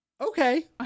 okay